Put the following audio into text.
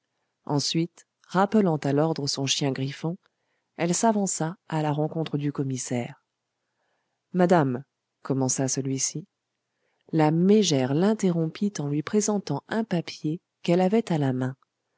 ensuite rappelant à l'ordre son chien griffon elle s'avança à la rencontre du commissaire madame commença celui-ci la mégère l'interrompit en lui présentant un papier qu'elle avait à la main